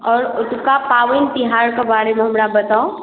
आओर ओतुका पाबैनि तिहार के बारे मे हमरा बताउ